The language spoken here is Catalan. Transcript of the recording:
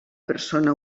persona